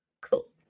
Cool